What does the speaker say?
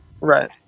Right